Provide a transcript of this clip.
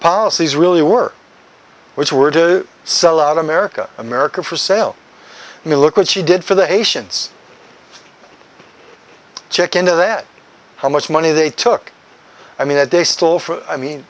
policies really were which were to sell out america america for sale me look what she did for the haitians check into that how much money they took i mean